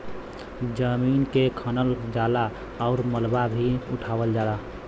जमीन के खनल जाला आउर मलबा भी उठावल जाला